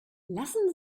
lassen